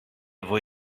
voi